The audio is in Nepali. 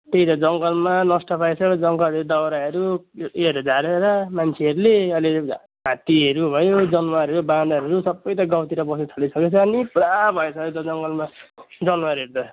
त्यही त जङ्गलमा नष्ट पारेछ र जङ्गलहरू दाउराहरू यो योहरू झारेर मान्छेहरूले अलिअलि हात्तीहरू भयो जनवारहरू बाँदरहरू सबै यता गाउँतिर पस्नु थालिसकेछ अनि पुरा भइसकेछ जङ्गलमा जनवारहरू त